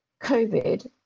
COVID